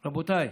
רבותיי,